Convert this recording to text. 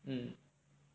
mm